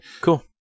cool